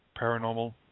Paranormal